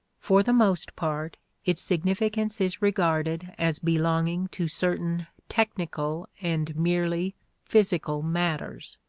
for the most part, its significance is regarded as belonging to certain technical and merely physical matters.